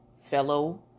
fellow